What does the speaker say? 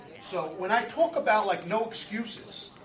so when i talk about like no excuses,